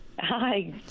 Hi